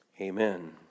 amen